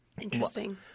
Interesting